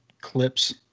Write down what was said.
clips